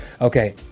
Okay